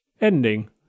ending